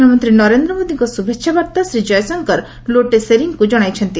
ପ୍ରଧାନମନ୍ତ୍ରୀ ନରେନ୍ଦ୍ର ମୋଦିଙ୍କ ଶୁଭେଚ୍ଛା ବାର୍ତ୍ତା ଶ୍ରୀ ଜୟଶଙ୍କର ଲୋଟେ ସେରିଙ୍ଗ୍ଙ୍କୁ ଜଣାଇଛନ୍ତି